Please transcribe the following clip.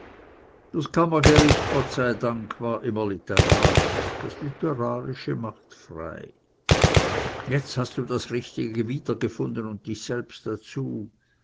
das kammergericht gott sei dank war immer literarisch das literarische macht frei jetzt hast du das richtige wiedergefunden und dich selbst dazu